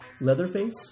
Leatherface